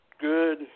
good